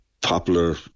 popular